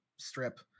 strip